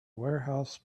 warehouse